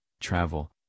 travel